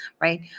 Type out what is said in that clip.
right